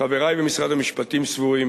חברי במשרד המשפטים סבורים